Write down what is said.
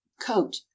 coat